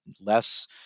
less